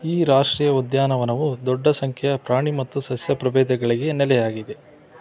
ಈ ರಾಷ್ಟ್ರೀಯ ಉದ್ಯಾನವನವು ದೊಡ್ಡ ಸಂಖ್ಯೆಯ ಪ್ರಾಣಿ ಮತ್ತು ಸಸ್ಯ ಪ್ರಭೇದಗಳಿಗೆ ನೆಲೆಯಾಗಿದೆ